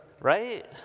Right